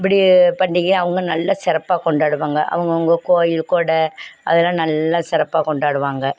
இப்படி பண்டிகையை அவங்க நல்ல சிறப்பாக கொண்டாடுவாங்க அவங்கவுங்க கோயில் கொடை அதெலாம் நல்லா சிறப்பாக கொண்டாடுவாங்க